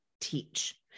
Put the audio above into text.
teach